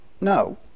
no